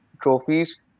trophies